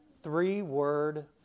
three-word